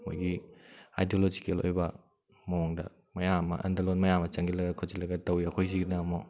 ꯃꯈꯣꯏꯒꯤ ꯑꯥꯏꯗꯣꯂꯣꯖꯤꯀꯦꯜ ꯑꯣꯏꯕ ꯃꯑꯣꯡꯗ ꯃꯌꯥꯝ ꯑꯃ ꯑꯟꯗꯂꯣꯟ ꯃꯌꯥꯝ ꯑꯃ ꯆꯪꯁꯤꯜꯂꯒ ꯈꯣꯠꯆꯤꯜꯂꯒ ꯇꯧꯏ ꯑꯩꯈꯣꯏ ꯁꯤꯒꯤꯅ ꯑꯃꯨꯛ